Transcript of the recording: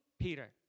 Peter